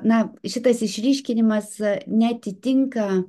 na šitas išryškinimas neatitinka